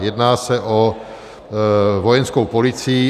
Jedná se o Vojenskou policii.